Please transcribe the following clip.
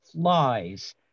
flies